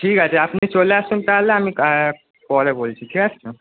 ঠিক আছে আপনি চলে আসুন তাহলে আমি পরে বলছি ঠিক আছে